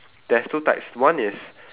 there's two types one is